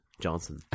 Johnson